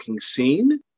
scene